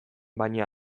baina